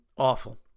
awful